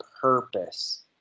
purpose